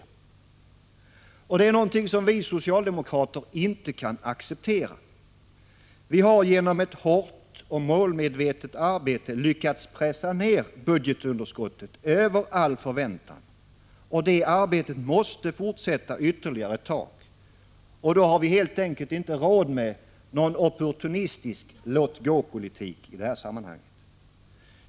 En ökning av budgetunderskottet kan vi socialdemokrater inte acceptera. Vi har genom ett hårt och målmedvetet arbete lyckats pressa ned budgetunderskottet över all förväntan. Det arbetet måste fortsätta ytterligare ett tag, och då har vi helt enkelt inte råd med någon opportunistisk låt-gå-politik i detta sammanhang.